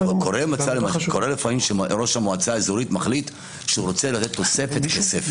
קורה לפעמים שראש המועצה האזורית מחליט שהוא רוצה תוספת כסף.